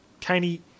tiny